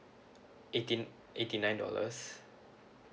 eighteen eighty nine dollars